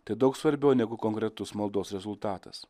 tai daug svarbiau negu konkretus maldos rezultatas